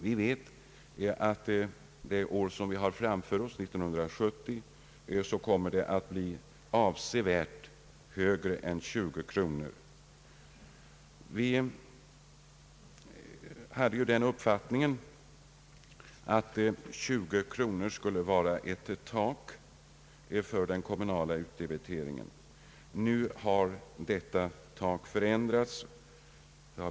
Vi vet redan nu att 1970 torde den sammanlagda kommunala utdebiteringen bli ännu högre. Vi har länge ansett att 20 kronor skulle vara tak för den kommunala utdebiteringen, men nu har detta tak höjts.